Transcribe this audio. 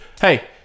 hey